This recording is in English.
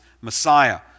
Messiah